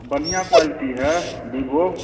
बढ़ियाँ क्वालिटी है बिबो